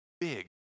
big